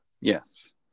Yes